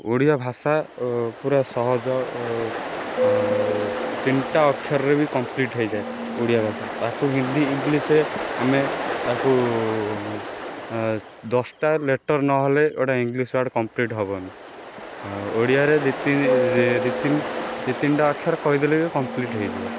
ଓଡ଼ିଆ ଭାଷା ଓ ପୁରା ସହଜ ତିନିଟା ଅକ୍ଷରରେ ବି କମ୍ପଲିଟ୍ ହୋଇଯାଏ ଓଡ଼ିଆ ଭାଷା ତାକୁ ହିନ୍ଦୀ ଇଙ୍ଗଲିଶ୍ରେ ଆମେ ତାକୁ ଦଶଟା ଲେଟର୍ ନହେଲେ ଇଙ୍ଗଲିଶ୍ ୱାର୍ଡ଼୍ କମ୍ପଲିଟ୍ ହେବନି ଆଉ ଓଡ଼ିଆରେ ଦୁଇ ତିନିଟା ଦୁଇ ତିନିଟା ଅକ୍ଷର କହିଦେଲେ ବି କମ୍ପଲିଟ୍ ହୋଇଯିବ